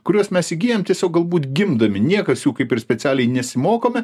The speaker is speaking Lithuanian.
kuriuos mes įgyjam tiesiog galbūt gimdami niekas jų kaip ir specialiai nesimokome